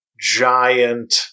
giant